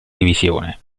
divisione